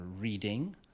reading